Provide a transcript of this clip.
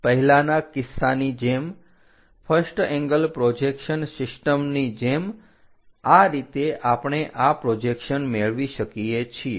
પહેલાના કિસ્સાની જેમ ફર્સ્ટ એંગલ પ્રોજેક્શન સિસ્ટમની જેમ આ રીતે આપણે આ પ્રોજેક્શન મેળવી શકીએ છીએ